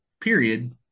period